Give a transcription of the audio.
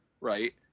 right